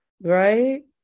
Right